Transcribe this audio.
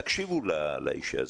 תקשיבו לאישה הזאת.